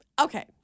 okay